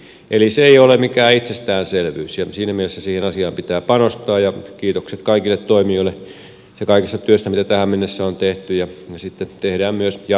eli se ei ole mikään itsestäänselvyys ja siinä mielessä siihen asiaan pitää panostaa ja kiitokset kaikille toimijoille siitä kaikesta työstä mitä tähän mennessä on tehty ja sitten tehdään myös jatkossa